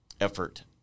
effort